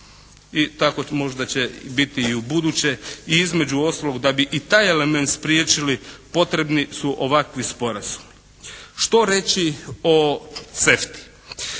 i tako možda će biti i u buduće i između ostalog da bi i taj element spriječili potrebni su ovakvi sporazumi. Što reći o CEFTA-i?